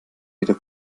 wieder